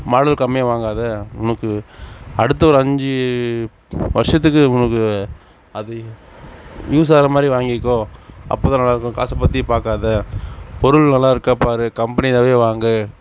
model கம்மியாக வாங்காத உனக்கு அடுத்து ஒரு அஞ்சு வருஷத்துக்கு உனக்கு அது யூஸ் ஆகிற மாதிரி வாங்கிக்கோ அப்போது தான் நல்லாயிருக்கும் காசு பற்றி பார்க்காத பொருள் நல்லாயிருக்கா பாரு கம்பெனி இதாகவே வாங்கு